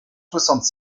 soixante